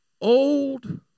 old